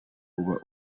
uba